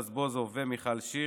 חברי הכנסת יואל רזבוזוב ומיכל שיר,